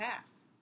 pass